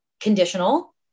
conditional